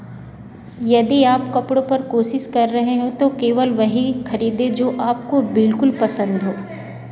यदि आप कपड़ों पर कोशिश कर रहे हैं तो केवल वही खरीदें जो आपको बिलकुल पसंद हो